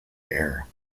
air